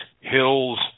hills